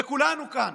וכולנו כאן,